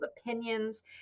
opinions